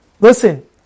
listen